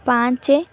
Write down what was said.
ପାଞ୍ଚ